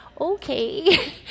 Okay